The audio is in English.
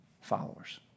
followers